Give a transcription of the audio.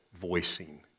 voicing